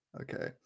Okay